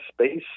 space